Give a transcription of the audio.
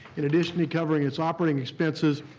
in addition to covering its operating expenses,